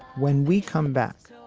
when we come back,